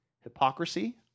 hypocrisy